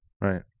Right